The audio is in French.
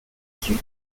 reçus